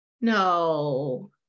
No